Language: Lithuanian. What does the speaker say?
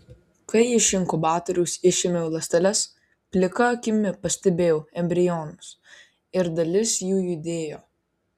kai iš inkubatoriaus išėmiau ląsteles plika akimi pastebėjau embrionus ir dalis jų judėjo